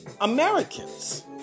Americans